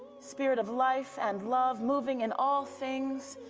spirit of life and love, moving in all things,